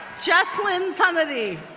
jesslyn tannady,